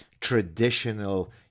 traditional